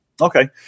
Okay